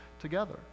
together